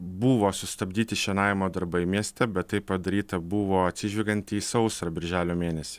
buvo sustabdyti šienavimo darbai mieste bet tai padaryta buvo atsižvelgiant į sausrą birželio mėnesį